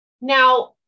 Now